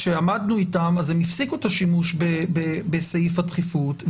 כשעמדנו איתם אז הם הפסיקו את השימוש בסעיף הדחיפות.